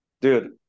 dude